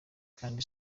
kandi